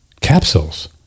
capsules